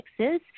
Texas